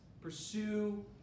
Pursue